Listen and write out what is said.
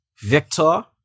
victor